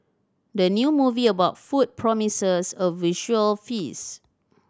the new movie about food promises a visual feast